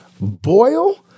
boil